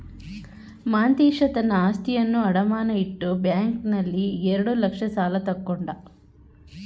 ಮಾಂತೇಶ ತನ್ನ ಆಸ್ತಿಯನ್ನು ಅಡಮಾನ ಇಟ್ಟು ಬ್ಯಾಂಕ್ನಲ್ಲಿ ಎರಡು ಲಕ್ಷ ಸಾಲ ತಕ್ಕೊಂಡ